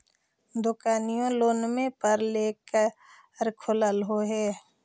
दोकनिओ लोनवे पर लेकर खोललहो हे?